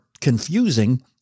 confusing